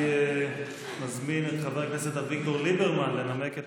אני מזמין את חבר הכנסת אביגדור ליברמן לנמק את